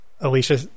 Alicia